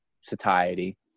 satiety